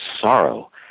sorrow